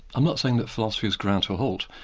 i'm not saying that philosophy's ground to a halt,